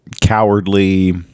cowardly